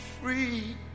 free